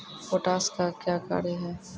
Potash का क्या कार्य हैं?